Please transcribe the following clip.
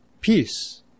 peace